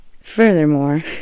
Furthermore